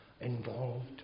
involved